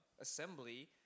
assembly